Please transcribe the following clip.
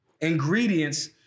ingredients